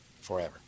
forever